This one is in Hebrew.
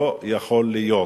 לא יכול להיות